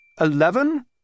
Eleven